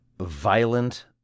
violent